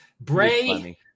Bray